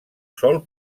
sol